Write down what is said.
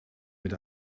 mit